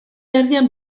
herrian